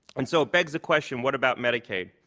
and so, it begs the question, what about medicaid?